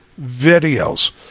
videos